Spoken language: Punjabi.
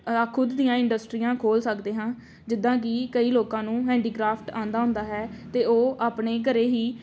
ਖੁਦ ਦੀਆਂ ਇੰਡਸਟਰੀਆਂ ਖੋਲ੍ਹ ਸਕਦੇ ਹਾਂ ਜਿੱਦਾਂ ਕਿ ਕਈ ਲੋਕਾਂ ਨੂੰ ਹੈਂਡੀਕ੍ਰਾਫਟ ਆਉਂਦਾ ਹੁੰਦਾ ਹੈ ਅਤੇ ਉਹ ਆਪਣੇ ਘਰ ਹੀ